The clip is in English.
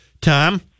Tom